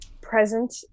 present